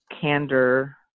Candor